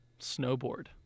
snowboard